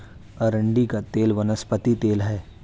अरंडी का तेल वनस्पति तेल है